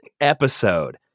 episode